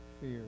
fear